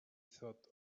thought